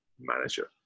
manager